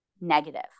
negative